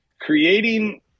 creating